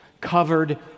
covered